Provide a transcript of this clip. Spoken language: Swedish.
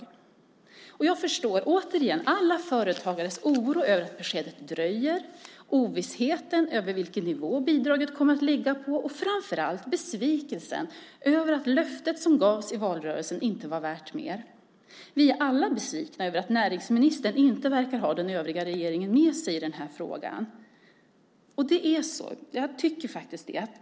Återigen: Jag förstår företagarnas oro över att beskedet dröjer, ovissheten om vilken nivå bidraget kommer att ligga på och framför allt besvikelsen över att löftet som gavs i valrörelsen inte var värt mer. Vi är alla besvikna över att näringsministern inte verkar ha den övriga regeringen med sig i den här frågan.